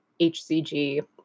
HCG